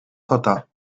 kota